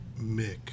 Mick